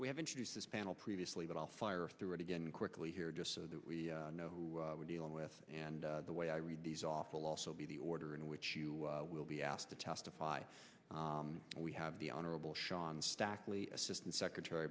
we have introduced this panel previously but i'll fire through it again quickly here just so that we know who we're dealing with and the way i read these awful also be the order in which you will be asked to testify we have the honorable sean stokley assistant secretary